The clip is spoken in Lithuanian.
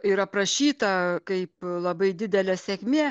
ir aprašyta kaip labai didelė sėkmė